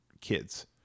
kids